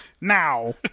Now